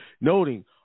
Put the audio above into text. Noting